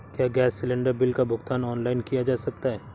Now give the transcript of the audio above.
क्या gas cylinder bill का भुगतान ऑनलाइन किया जा सकता है?